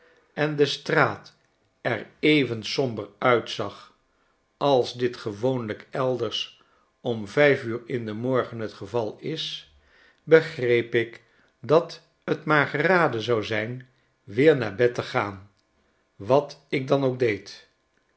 en de straat er even somber uitzag als dit gewoonlp elders om vijf uur in den morgen het geval is begreep ik dat het maar geraden zou zijn weer naar bed te gaan wat ik dan ook deed